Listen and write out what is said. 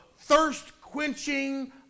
thirst-quenching